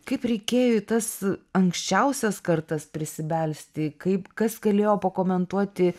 kaip reikėjo į tas anksčiausias kartas prisibelsti kaip kas galėjo pakomentuoti